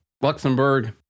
Luxembourg